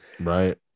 Right